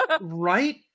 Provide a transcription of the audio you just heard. Right